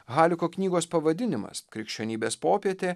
haliko knygos pavadinimas krikščionybės popietė